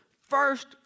first